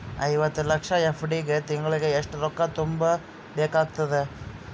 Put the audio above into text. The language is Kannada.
ಐವತ್ತು ಲಕ್ಷ ಎಫ್.ಡಿ ಗೆ ತಿಂಗಳಿಗೆ ಎಷ್ಟು ರೊಕ್ಕ ತುಂಬಾ ಬೇಕಾಗತದ?